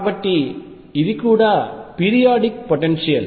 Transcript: కాబట్టి ఇది కూడా పీరియాడిక్ పొటెన్షియల్